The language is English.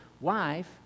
wife